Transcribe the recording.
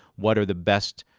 what are the best,